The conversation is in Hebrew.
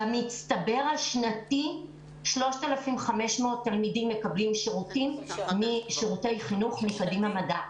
במצטבר השנתי 3,500 תלמידים מקבלים שירותים משירותי חינוך מקדימה מדע,